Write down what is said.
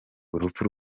urupfu